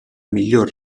miglior